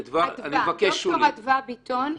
אדווה, אני ד"ר אדווה ביטון.